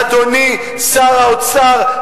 אדוני שר האוצר,